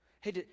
Hey